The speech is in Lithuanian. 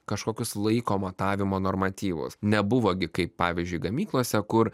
kažkokius laiko matavimo normatyvus nebuvo gi kaip pavyzdžiui gamyklose kur